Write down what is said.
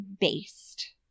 based